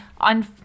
on